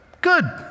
Good